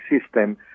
system